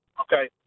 Okay